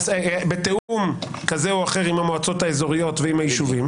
בתיאום כזה או אחר עם המועצות האזוריות ועם היישובים.